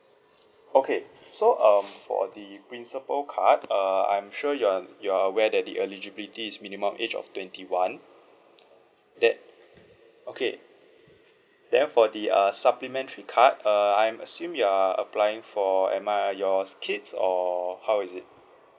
okay so um for the principal card err I'm sure you're you're aware that the eligibility is minimum age of twenty one that okay then for the uh supplementary card uh I'm assume you are applying for am uh your kids or how is it